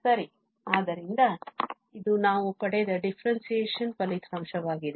ಸರಿ ಆದ್ದರಿಂದ ಇದು ನಾವು ಪಡೆದ differentiation ಫಲಿತಾಂಶವಾಗಿದೆ